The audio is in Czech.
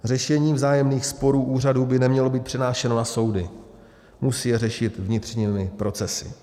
Řešení vzájemných sporů úřadů by nemělo být přenášeno na soudy, musí je řešit vnitřními procesy.